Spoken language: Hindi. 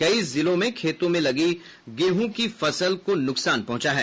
कई जिलों में खेतों में लगी गेहूं की फसल को नुकसान पहुंचा है